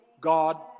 God